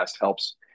helps